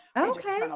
Okay